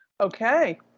Okay